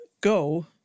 go